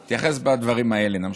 נתייחס, בדברים האלה, נמשיך.